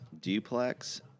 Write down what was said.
duplex